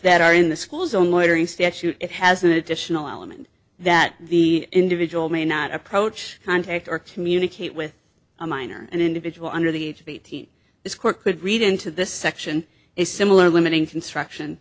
that are in the school zone loitering statute has an additional element that the individual may not approach contact or communicate with a minor an individual under the age of eighteen this court could read into this section a similar limiting construction